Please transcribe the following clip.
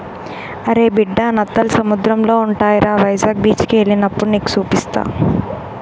అరే బిడ్డా నత్తలు సముద్రంలో ఉంటాయిరా వైజాగ్ బీచికి ఎల్లినప్పుడు నీకు సూపిస్తా